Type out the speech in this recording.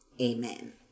Amen